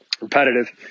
repetitive